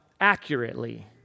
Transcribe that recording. accurately